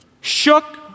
shook